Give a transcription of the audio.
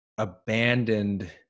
Abandoned